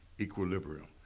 equilibrium